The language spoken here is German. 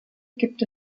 gibt